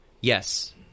Yes